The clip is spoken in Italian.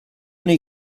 nei